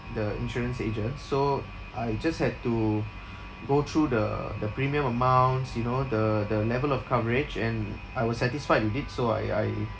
the insurance agent so I just had to go through the the premium amounts you know the the level of coverage and I was satisfied with it so I I